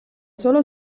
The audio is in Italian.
solo